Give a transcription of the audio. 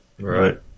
Right